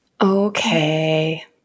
Okay